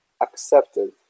accepted